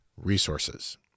resources